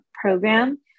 program